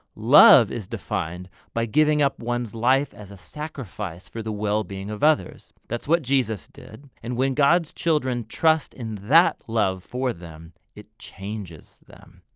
love is defined by giving up one's life as a sacrifice for the well-being of others. that's what jesus did, and when god's children trust in that love for them it changes them.